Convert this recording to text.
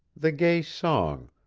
the gay song,